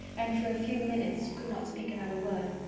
and for a few minutes could not speak another word.